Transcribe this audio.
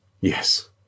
Yes